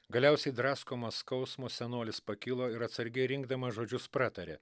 galiausiai draskomas skausmo senolis pakilo ir atsargiai rinkdamas žodžius pratarė